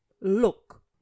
look